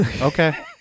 Okay